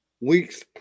Weeks